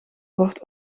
wordt